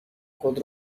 خود